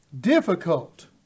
difficult